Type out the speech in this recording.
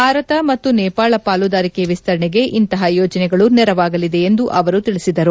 ಭಾರತ ಮತ್ತು ನೇಪಾಳ ಪಾಲುದಾರಿಕೆ ವಿಸ್ತರಣೆಗೆ ಇಂತಹ ಯೋಜನೆಗಳು ನೆರವಾಗಲಿದೆ ಎಂದು ಅವರು ತಿಳಿಸಿದರು